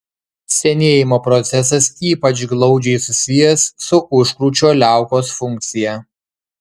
senėjimo procesas ypač glaudžiai susijęs su užkrūčio liaukos funkcija